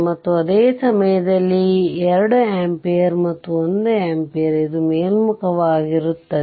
ಮತ್ತು ಅದೇ ಸಮಯದಲ್ಲಿ ಈ 2 ಆಂಪಿಯರ್ ಮತ್ತು ಈ 1 ಆಂಪಿಯರ್ ಇದು ಮೇಲ್ಮುಖವಾಗಿರುತ್ತದೆ